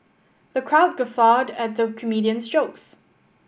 the crowd guffawed at the comedian's jokes